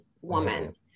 woman